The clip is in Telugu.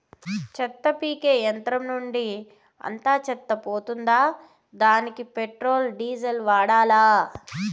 చెత్త పీకే యంత్రం నుండి అంతా చెత్త పోతుందా? దానికీ పెట్రోల్, డీజిల్ వాడాలా?